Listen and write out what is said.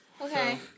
Okay